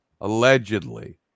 allegedly